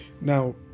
Now